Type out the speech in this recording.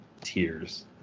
tears